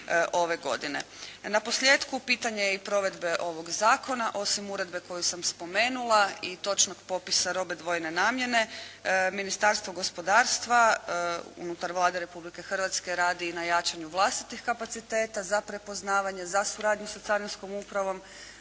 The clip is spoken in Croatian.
Naposljetku pitanje je i provedbe ovog zakona osim uredbe koju sam spomenula i točnog popisa robe dvojne namjene Ministarstvo gospodarstva unutar Vlade Republike Hrvatske radi na jačanju vlastitih kapaciteta za prepoznavanje, za suradnju sa Carinskom upravom